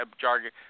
jargon